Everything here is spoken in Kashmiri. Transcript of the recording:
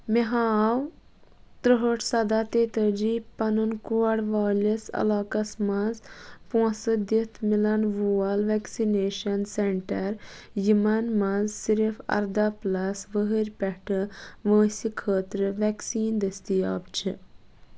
مےٚ ہاو تُرٛہٲٹھ سَداہ تیٚےتٲجی پَنُن کوڈ وٲلِس علاقس مَنٛز پۅنٛسہٕ دِتھ میلن وول ویکسِنیٚشن سینٛٹر یِمَن مَنٛز صِرف اَرداہ پُلَس وُہٕرۍ پٮ۪ٹھٕ وٲنٛسہِ خٲطرٕ ویکسیٖن دٔستِیاب چھِ